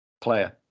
Player